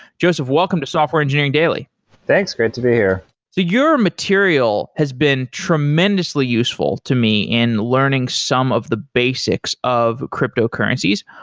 joseph, welcome to software engineering daily thanks. great to be here your material has been tremendously useful to me in learning some of the basics of cryptocurrencies.